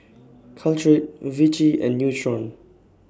Caltrate Vichy and Nutren